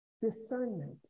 discernment